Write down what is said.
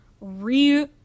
re